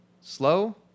slow